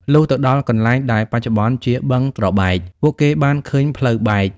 លុះទៅដល់កន្លែងដែលបច្ចុប្បន្នជា បឹងត្របែក ពួកគេបានឃើញផ្លូវបែក។